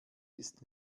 ist